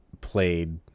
played